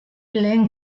lehen